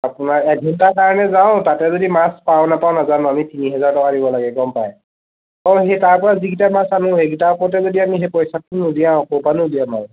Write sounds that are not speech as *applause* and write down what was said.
আপোনাৰ এঘন্টাৰ কাৰণে যাওঁ তাতে যদি মাছ পাওঁ নাপাওঁ নাজানো আমি তিনিহাজাৰ টকা দিব লাগে গম পায় *unintelligible* তাৰপৰা যিকেইটা মাছ আনো সেইকেইটা ওপৰতে যদি আমি পইচাটো নুলিয়াও ক'ৰ পৰানো ওলিয়াম আৰু